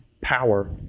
power